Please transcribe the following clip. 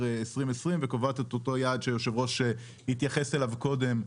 2020 וקובעת את אותו היעד שהיו"ר התייחס אליו קודם,